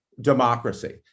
democracy